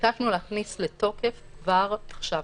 ביקשנו להכניס לתוקף כבר עכשיו,